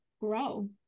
grow